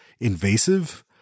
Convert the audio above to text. invasive